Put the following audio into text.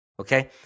Okay